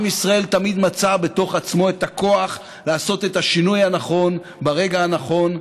עם ישראל תמיד מצא בתוך עצמו את הכוח לעשות את השינוי הנכון ברגע הנכון,